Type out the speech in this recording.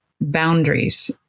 boundaries